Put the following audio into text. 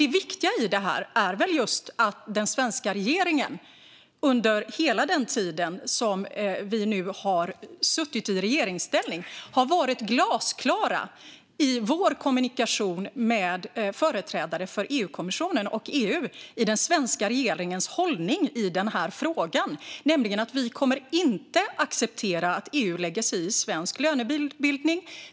Det viktiga i detta är väl just att den svenska regeringen under hela den tid vi har suttit i regeringsställning har varit glasklara i vår kommunikation med företrädare för EU-kommissionen och EU om den svenska regeringens hållning i den här frågan. Vi kommer inte att acceptera att EU lägger sig i svensk lönebildning.